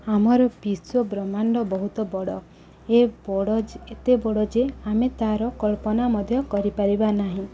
ଆମର ବିଶ୍ୱବ୍ରହ୍ମାଣ୍ଡ ବହୁତ ବଡ଼ ଏ ବଡ଼ ଏତେ ବଡ଼ ଯେ ଆମେ ତାର କଳ୍ପନା ମଧ୍ୟ କରିପାରିବା ନାହିଁ